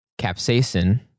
capsaicin